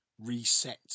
reset